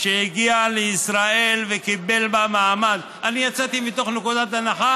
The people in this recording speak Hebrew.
שהגיע לישראל וקיבל בה מעמד" זה לא כתוב,